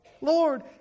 Lord